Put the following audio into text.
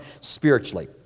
spiritually